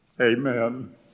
amen